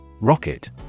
Rocket